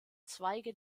zweige